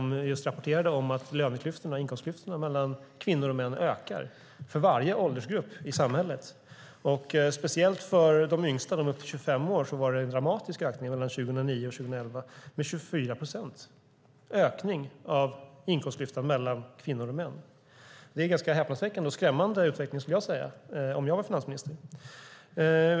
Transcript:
Speciellt för de yngsta, de upp till 25 år, var det en dramatisk ökning mellan 2009 och 2011. Det var en ökning med 24 procent av inkomstklyftan mellan kvinnor och män. Det är en ganska häpnadsväckande och skrämmande utveckling - det skulle jag säga om jag var finansminister.